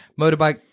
motorbike